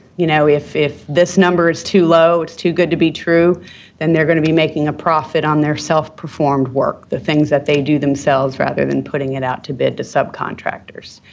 you know, if if this number is too low it's too good to be true then they're going to be making a profit on their self-performed work, the things that they do themselves, rather than putting it out to bid to subcontractors.